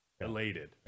elated